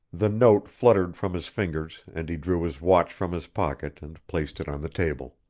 the note fluttered from his fingers and he drew his watch from his pocket and placed it on the table.